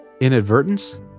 inadvertence